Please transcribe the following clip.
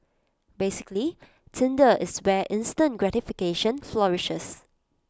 basically Tinder is where instant gratification flourishes